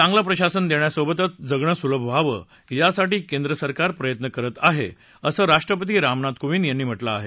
चांगलं प्रशासन देण्यासोबतच जगणं सुलभ व्हावं यासाठीचे केंद्र सरकार प्रयत्न करत आहे असं राष्ट्रपती रामनाथ कोविंद यांनी म्हटलं आहे